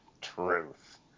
truth